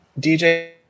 DJ